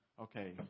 okay